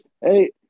hey